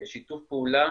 יש שיתוף פעולה